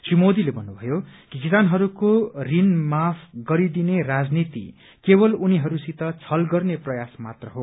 श्री मोदीले भन्नुभयो कि किसानहरूको ऋण माफ गरिदिने राजनीति केवल उनीहरूसित छल गर्ने प्रयास मात्र हो